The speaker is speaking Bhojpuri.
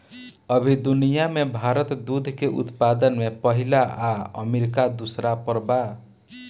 अभी दुनिया में भारत दूध के उत्पादन में पहिला आ अमरीका दूसर पर बा